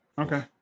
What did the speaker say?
Okay